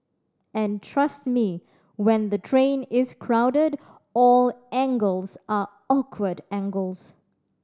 and trust me when the train is crowded all angles are awkward angles